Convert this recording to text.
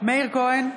מאיר כהן,